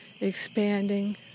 expanding